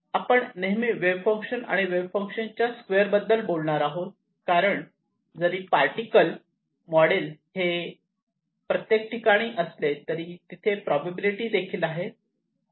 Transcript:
आपण नेहमी wave function आणि वेव्ह फंक्शन च्या स्क्वेअर बद्दल बोलणार आहोत कारण जरी पार्टिकल मॉडेल हे प्रत्येक ठिकाणी असले तरी तिथे प्रोबॅबिलिटी देखील आहेत